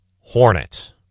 hornet